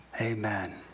Amen